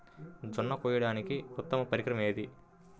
జొన్న కోయడానికి ఉత్తమ పరికరం ఏది?